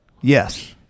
Yes